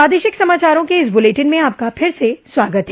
प्रादेशिक समाचारों के इस बुलेटिन में आपका फिर से स्वागत है